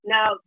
Now